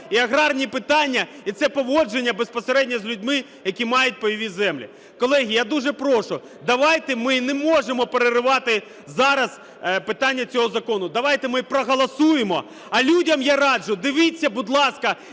і аграрні питання, і це поводження безпосередньо з людьми, які мають пайові землі. Колеги, я дуже прошу, давайте, ми не можемо переривати зараз питання цього закону, давайте ми проголосуємо. А людям я раджу: дивіться, будь ласка,